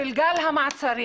של גל המעצרים,